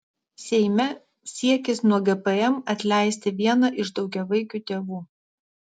seime siekis nuo gpm atleisti vieną iš daugiavaikių tėvų